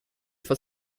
for